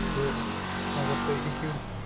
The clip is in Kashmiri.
تہٕ اَگر تُہۍ ہیٚکِو